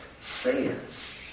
says